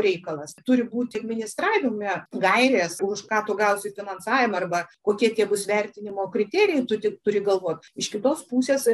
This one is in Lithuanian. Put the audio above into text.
reikalas turi būti administravime gairės už ką tu gausi finansavimą arba kokie tie bus vertinimo kriterijai tu tik turi galvot iš kitos pusės